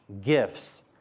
gifts